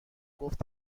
گفت